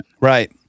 Right